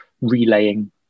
relaying